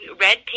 red